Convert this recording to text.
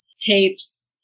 tapes